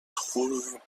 trouve